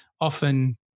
often